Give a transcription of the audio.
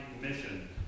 mission